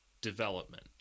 development